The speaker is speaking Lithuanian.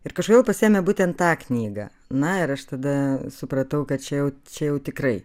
ir kažkodėl pasiėmė būtent tą knygą na ir aš tada supratau kad čia jau čia jau tikrai